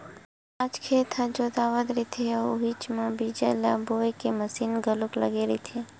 आज खेत ह जोतावत रहिथे अउ उहीच म बीजा ल बोए के मसीन घलोक लगे रहिथे